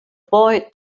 boy